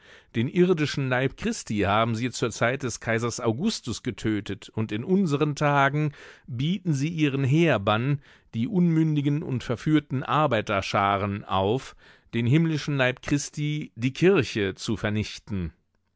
den irdischen leib christi haben sie zur zeit des kaisers augustus getötet und in unseren tagen bieten sie ihren heerbann die unmündigen und verführten arbeiterscharen auf den himmlischen leib christi die kirche zu vernichten